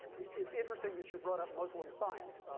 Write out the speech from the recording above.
it's interesting that you brought up muslim science.